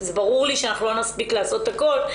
זה ברור לי שאנחנו לא נספיק לעשות את הכל,